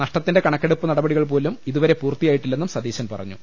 നഷ്ടത്തിന്റെ കണക്കെടുപ്പ് നടപടികൾപോലും ഇതുവരെ പൂർത്തിയായിട്ടി ല്ലെന്നും സതീശൻ പറഞ്ഞു